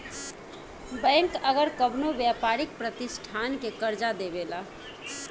bank अगर कवनो व्यापारिक प्रतिष्ठान के कर्जा देवेला